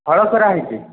ହଳ ସରା ହୋଇଛି